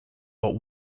but